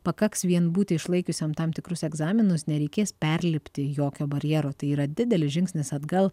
pakaks vien būti išlaikiusiam tam tikrus egzaminus nereikės perlipti jokio barjero tai yra didelis žingsnis atgal